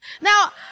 Now